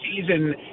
season